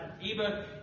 Eva